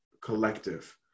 collective